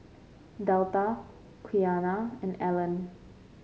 Delta Quiana and Allen